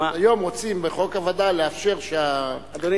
היום רוצים בחוק הווד"ל לאפשר שהתכנון